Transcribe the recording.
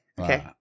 okay